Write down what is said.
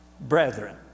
brethren